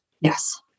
Yes